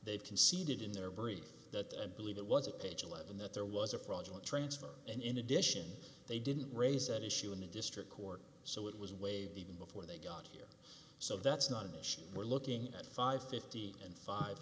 they've conceded in their brief that i believe it was a page eleven that there was a fraudulent transfer and in addition they didn't raise that issue in the district court so it was waived even before they got here so that's not an issue we're looking at five fifty and five